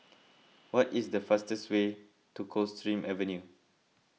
what is the fastest way to Coldstream Avenue